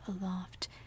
aloft